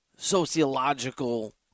sociological